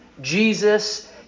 Jesus